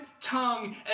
tongue